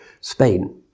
Spain